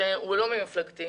שהוא לא ממפלגתי,